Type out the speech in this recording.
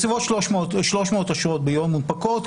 בסביבות 300 אשרות ביום מונפקות,